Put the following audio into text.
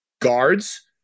guards